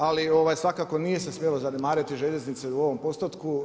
Ali svakako nije se smjelo zanemariti željeznice u ovom postotku.